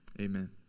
Amen